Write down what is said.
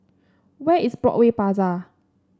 where is Broadway Plaza